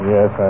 Yes